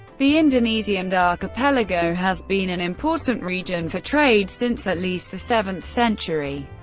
the indonesian archipelago has been an important region for trade since at least the seventh century,